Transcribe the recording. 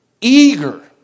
eager